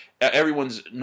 everyone's